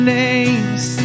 names